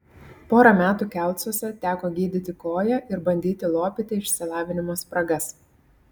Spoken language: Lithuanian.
porą metų kelcuose teko gydyti koją ir bandyti lopyti išsilavinimo spragas